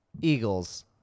Eagles